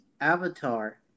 Avatar